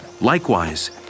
Likewise